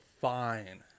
fine